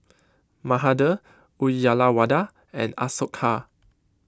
Mahade Uyyalawada and Ashoka